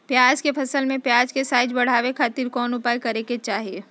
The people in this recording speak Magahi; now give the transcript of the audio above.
प्याज के फसल में प्याज के साइज बढ़ावे खातिर कौन उपाय करे के चाही?